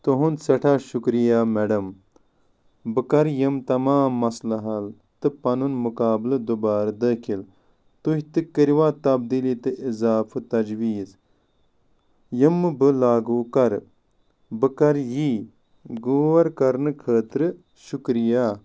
تُہنٛد سٮ۪ٹھاہ شکریہ میڈم بہٕ کرٕ یِم تمام مسلہٕ حل تہٕ پنُن مقابلہٕ دُبارٕ دٲخل تُہۍ تہِ كرۍ وا تبدیٖلی تہٕ اضافہٕ تجویٖز یِم بہٕ لاگو کرٕ بہٕ کرٕ یی غور کرنہٕ خٲطرٕ شکریہ